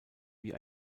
wie